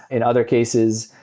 in other cases,